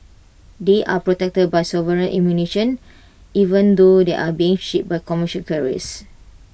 they are protected by sovereign immunisation even though they are being shipped by commercial carriers